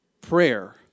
prayer